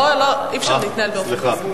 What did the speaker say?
אי-אפשר להתנהל באופן כזה.